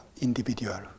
individual